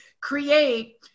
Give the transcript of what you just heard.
create